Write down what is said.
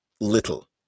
little